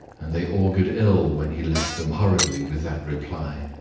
and they augured ill when he left them hurriedly with that reply.